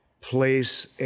place